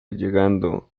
llegando